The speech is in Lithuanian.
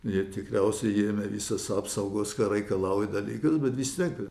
jie tikriausiai ėmė visas apsaugos ką reikalauja dalykas bet vis tiek